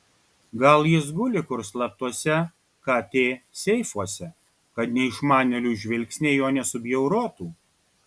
gal jis guli kur slaptuose kt seifuose kad neišmanėlių žvilgsniai jo nesubjaurotų